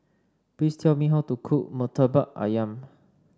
please tell me how to cook Murtabak ayam